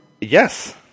Yes